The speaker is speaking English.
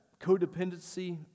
codependency